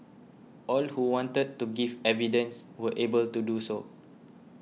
all who wanted to give evidence were able to do so